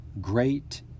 Great